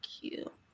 cute